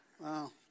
Wow